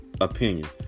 opinion